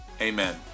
amen